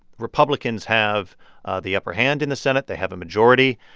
republicans have the upper hand in the senate. they have a majority.